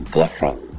different